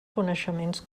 coneixements